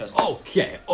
Okay